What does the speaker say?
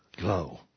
Go